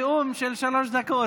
נאום של שלוש דקות,